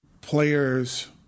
players